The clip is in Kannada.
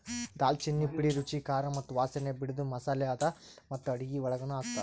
ದಾಲ್ಚಿನ್ನಿ ಪುಡಿ ರುಚಿ, ಖಾರ ಮತ್ತ ವಾಸನೆ ಬಿಡದು ಮಸಾಲೆ ಅದಾ ಮತ್ತ ಅಡುಗಿ ಒಳಗನು ಹಾಕ್ತಾರ್